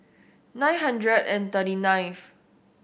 nine hundred and thirty ninth